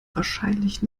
wahrscheinlich